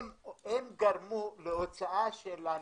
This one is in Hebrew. הם גרמו להוצאה של הנכים,